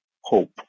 hope